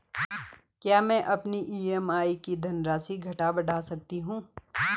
क्या मैं अपनी ई.एम.आई की धनराशि घटा बढ़ा सकता हूँ?